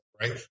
right